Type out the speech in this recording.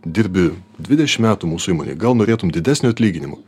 dirbi dvidešimt metų mūsų įmonėj gal norėtum didesnio atlyginimo